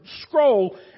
scroll